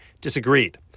disagreed